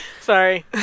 sorry